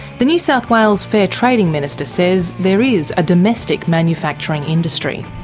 the new south wales fair trading minister says there is a domestic manufacturing industry.